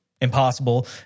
impossible